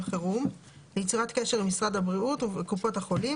חירום ליצירת קשר עם משרד הבריאות וקופת החולים,